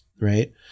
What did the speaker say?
right